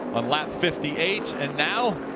on lap fifty eight. and now,